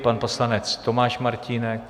Pan poslanec Tomáš Martínek.